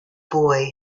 boy